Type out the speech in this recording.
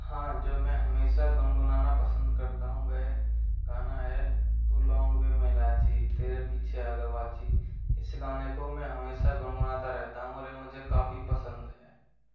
हाँ जो मैं हमेशा गुन गुनाना पसंद करता हूँ वह गाना है तू लौंग वे मैं इलायची तेरे पीछे आ गवाची इस गाने को मैं हमेशा गुन गुनाता रहता हूँ और ये मुझे काफ़ी पसंद हैं